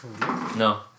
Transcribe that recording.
No